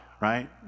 right